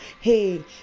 Hey